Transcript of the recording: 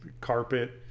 carpet